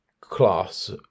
class